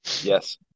Yes